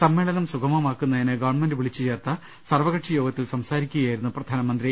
സമ്മേളനം സുഗമമാക്കുന്നതിന് ഗവൺമെന്റ് വിളിച്ചുചേർത്ത സർവ്വകക്ഷിയോഗത്തിൽ സംസാരിക്കുകയായി രുന്നു പ്രധാനമന്ത്രി